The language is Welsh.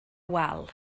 wal